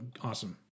awesome